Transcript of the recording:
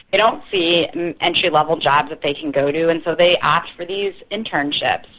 they don't see entry-level jobs that they can go to and so they opt for these internships,